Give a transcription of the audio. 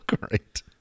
Great